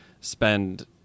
spend